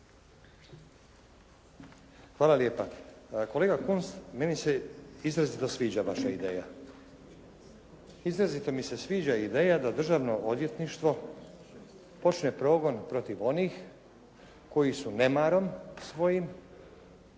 Hvala lijepa. Kolega Kunst, meni se izrazito sviđa vaša ideja. Izrazito mi se sviđa ideja da državno odvjetništvo počne progon protiv onih koji su nemarom svojim,